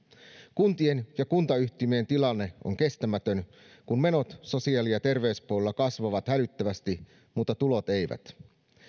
kuntien ja kuntayhtymien tilanne on kestämätön kun menot sosiaali ja terveyspuolella kasvavat hälyttävästi mutta tulot eivät